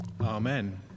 Amen